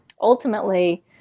Ultimately